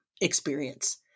experience